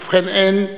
ובכן, אין.